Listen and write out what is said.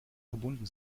verbunden